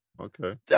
okay